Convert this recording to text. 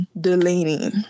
Delaney